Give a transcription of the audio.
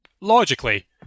logically